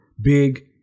Big